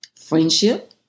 Friendship